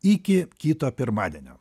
iki kito pirmadienio